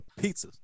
pizzas